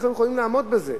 איך הם יכולים לעמוד בזה?